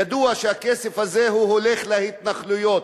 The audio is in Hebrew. ידוע שהכסף הזה הולך להתנחלויות,